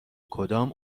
کدام